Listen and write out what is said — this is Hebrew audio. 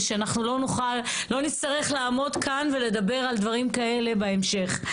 ושאנחנו לא נצטרך לעמוד כאן ולדבר על דברים כאלה בהמשך.